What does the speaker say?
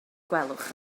gwelwch